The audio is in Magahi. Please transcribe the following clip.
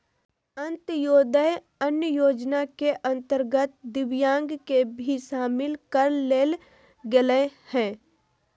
अंत्योदय अन्न योजना के अंतर्गत दिव्यांग के भी शामिल कर लेल गेलय हइ